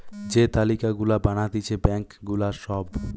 যে তালিকা গুলা বানাতিছে ব্যাঙ্ক গুলার সব